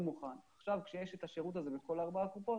עכשיו, כשיש את השירות הזה בכל ארבע הקופות,